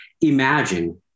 imagine